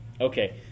Okay